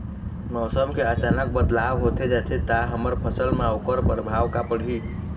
मौसम के अचानक बदलाव होथे जाथे ता हमर फसल मा ओकर परभाव का पढ़ी?